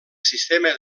sistema